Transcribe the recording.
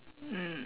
mm